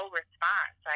response